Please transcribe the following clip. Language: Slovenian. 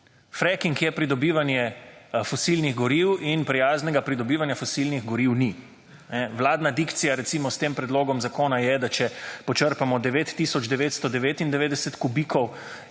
Fracking je pridobivanje fosilnih goriv in prijaznega pridobivanja fosilnih goriv ni. Vladna dikcija recimo s tem predlogom zakona je, da če počrpamo 9 tisoč